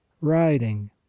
riding